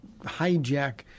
hijack